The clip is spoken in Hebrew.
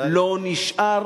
לא נשאר